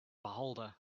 beholder